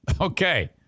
Okay